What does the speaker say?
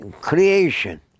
creation